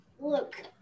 Look